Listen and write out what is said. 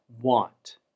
want